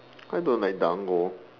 I don't like dango